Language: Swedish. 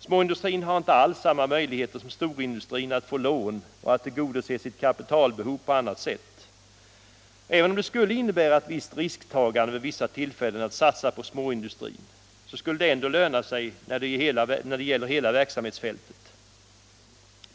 Småindustrin har inte alls samma möjligheter som storindustrin att få lån och att tillgodose sitt kapitalbehov på annat sätt. Även om det skulle innebära ett visst risktagande vid vissa tillfällen att satsa på småindustrin så skulle det löna sig när det gäller hela verksamhetsfältet.